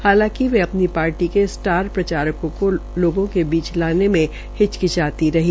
हालांकि वे अपने पार्टी के स्टार प्रचारकों कै लागों के बीच लाने मे हिचकचाती रही